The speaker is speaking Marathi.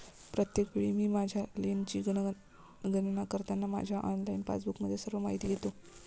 प्रत्येक वेळी मी माझ्या लेनची गणना करताना माझ्या ऑनलाइन पासबुकमधून सर्व माहिती घेतो